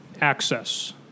access